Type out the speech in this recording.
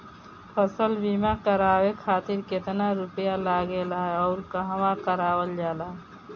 फसल बीमा करावे खातिर केतना रुपया लागेला अउर कहवा करावल जाला?